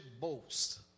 boast